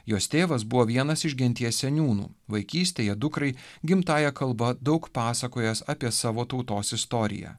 jos tėvas buvo vienas iš genties seniūnų vaikystėje dukrai gimtąja kalba daug pasakojęs apie savo tautos istoriją